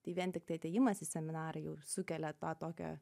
tai vien tiktai atėjimas į seminarą jau sukelia tą tokią